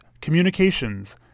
communications